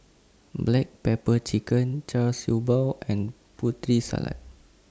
Black Pepper Chicken Char Siew Bao and Putri Salad